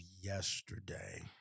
yesterday